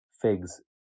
figs